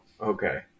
okay